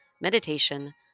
meditation